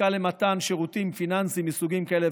עסקה למתן שירותים פיננסיים מסוגים כאלה